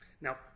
Now